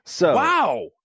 Wow